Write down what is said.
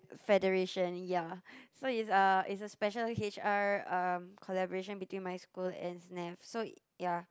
federation ya so it's uh it's a special H_R um collaboration between my school and SNAFF so ya